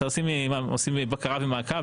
אתם עושים לי בקרה ומעקב?